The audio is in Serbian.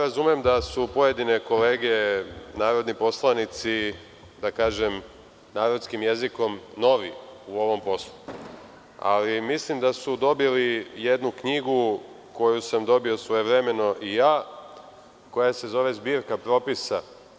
Razumem da su pojedine kolege narodni poslanici, da kažem narodskim jezikom, novi u ovom poslu, ali mislim da su dobili jednu knjigu koju sam dobio svojevremeno i ja, a koja se zove zbirka propisa.